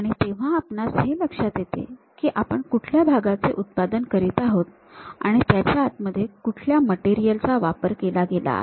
आणि तेव्हा आपणास हे लक्षात येते के आपण कुठल्या भागाचे उत्पादन करीत आहोत आणि त्याच्या आतमध्ये कुठल्या मटेरियल चा वापर केला गेला आहे